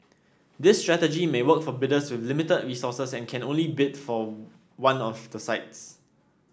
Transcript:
this strategy may work for bidders with limited resources and can only bid for one of the sites